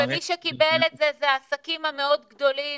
ומי שקיבל את זה אלה העסקים המאוד גדולים